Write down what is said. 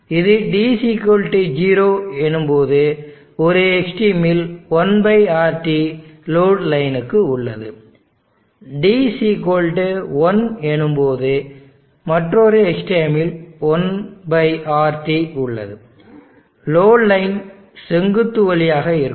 இது d 0 எனும்போது ஒரு எக்ஸ்ட்ரீமில் 1RT லோடு லைனுக்கு உள்ளது d 1 எனும்போது மற்றொரு எக்ஸ்ட்ரீமில் 1RT உள்ளது லோடு லைன் செங்குத்து வழியாக இருக்கும்